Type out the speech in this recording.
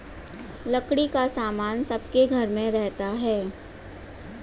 लकड़ी का सामान सबके घर में रहता है